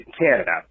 Canada